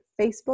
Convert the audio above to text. Facebook